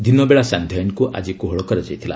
ଦିନବେଳା ସାନ୍ଧ୍ୟ ଆଇନ୍କୁ ଆଜି କୋହଳ କରାଯାଇଥିଲା